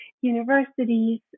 universities